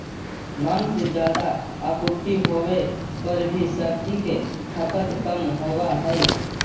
माँग से ज्यादा आपूर्ति होवे पर भी सब्जि के खपत कम होवऽ हइ